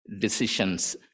decisions